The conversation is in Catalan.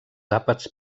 àpats